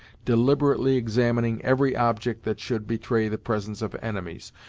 deliberately examining every object that should betray the presence of enemies,